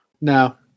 No